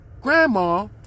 Grandma